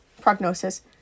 prognosis